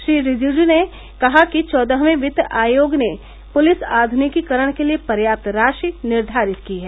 श्री रिजिजू ने कहा कि चौदहवे वित्त आयोग ने पुलिस आध्निकीकरण के लिए पर्याप्त राशि निर्वारित की है